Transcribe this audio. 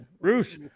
Roosh